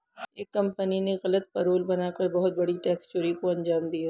एक कंपनी ने गलत पेरोल बना कर बहुत बड़ी टैक्स चोरी को अंजाम दिया